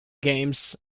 games